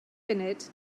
funud